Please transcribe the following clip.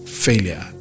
failure